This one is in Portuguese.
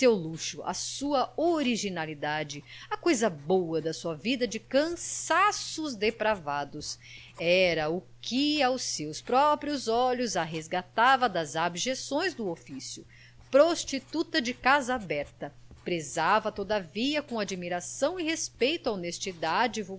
luxo a sua originalidade a coisa boa da sua vida de cansaços depravados era o que aos seus próprios olhos a resgatava das abjeções do oficio prostituta de casa aberta prezava todavia com admiração e respeito a